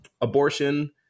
Abortion